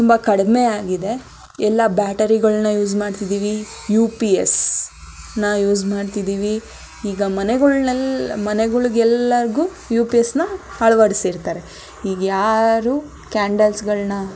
ತುಂಬ ಕಡಿಮೆ ಆಗಿದೆ ಎಲ್ಲ ಬ್ಯಾಟರಿಗಳನ್ನ ಯೂಸ್ ಮಾಡ್ತಯಿದ್ದೀವಿ ಯು ಪಿ ಎಸ್ನ ಯೂಸ್ ಮಾಡ್ತಿದ್ದೀವಿ ಈಗ ಮನೆಗಳ್ನೆಲ್ಲ ಮನೆಗಳ್ಗೆಲ್ಲರಿಗೂ ಯು ಪಿ ಎಸ್ನ ಅಳವಡಿಸಿರ್ತಾರೆ ಈಗ ಯಾರು ಕ್ಯಾಂಡಲ್ಸ್ಗಳನ್ನ